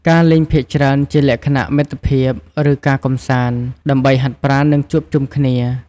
ការលេងភាគច្រើនជាលក្ខណៈ មិត្តភាព ឬ ការកម្សាន្ត ដើម្បីហាត់ប្រាណ និងជួបជុំគ្នា។